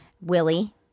Willie